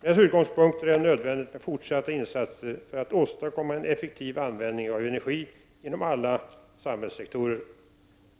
Med dessa utgångspunkter är det nödvändigt med fortsatta insatser för att en effektiv användning av energi inom alla samhällssektorer skall åstadkommas.